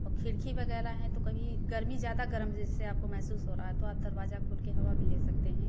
और खिड़की वगैरह हैं तो कहीं गर्मी ज्यादा गरम जैसे आपको महसूस हो रहा है तो आप दरवाजा खोल कर हवा भी ले सकते हैं